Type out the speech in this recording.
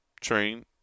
Train